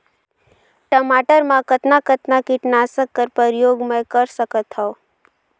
टमाटर म कतना कतना कीटनाशक कर प्रयोग मै कर सकथव?